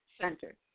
Center